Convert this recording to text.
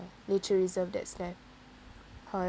nature reserve that's dead however